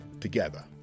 together